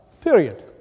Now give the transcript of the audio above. period